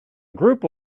group